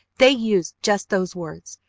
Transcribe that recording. they used just those words,